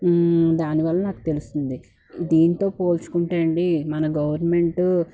దానివల్ల నాకు తెలుస్తుంది దీంతో పోల్చుకుంటే అండి మన గవర్నమెంట్